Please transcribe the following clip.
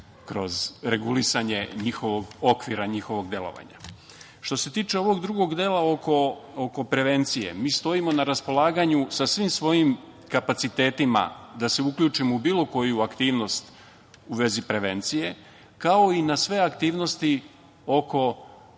kroz regulisanje njihovog okvira, njihovog delovanja. Što se tiče ovog drugog dela oko prevencije. Mi stojimo na raspolaganju sa svim svojim kapacitetima da se uključimo u bilo koju aktivnost u vezi prevencije, kao i na sve aktivnosti oko davanja